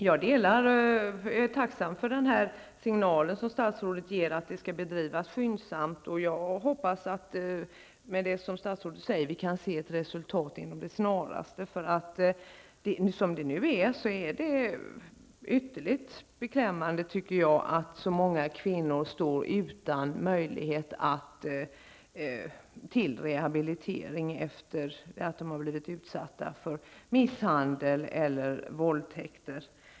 Jag är tacksam för den signal som statsrådet ger om att arbetet skall bedrivas skyndsamt, och jag hoppas att vi kan se ett resultat med det snaraste. Det är ytterst beklämmande att så många kvinnor nu står utan möjlighet till rehabilitering efter att de har blivit utsatta för misshandel eller våldtäkter.